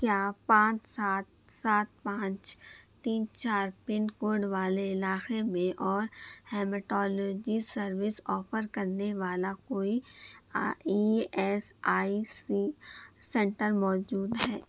کیا پانچ سات سات پانچ تین چار پن کوڈ والے علاقے میں اور ہیماٹولوجی سروس آفر کرنے والا کوئی آ E S I C centre موجود ہے